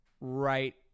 right